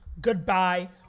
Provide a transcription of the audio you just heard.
goodbye